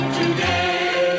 today